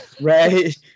Right